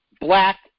black